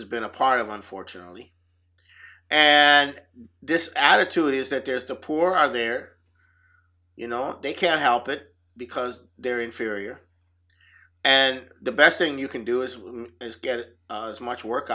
has been a part of unfortunately and this added to it is that there's the poor are there you know they can't help it because they're inferior and the best thing you can do is get as much work